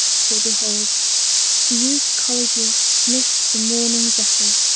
for behold the youth collegiate sniff the morning zephyrs,